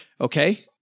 okay